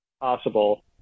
possible